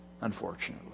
unfortunately